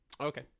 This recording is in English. Okay